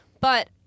But-